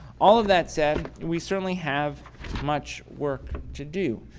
all of that said, we certainly have much work to do.